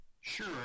Sure